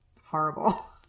horrible